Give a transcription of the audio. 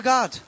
God